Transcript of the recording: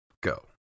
go